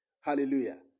Hallelujah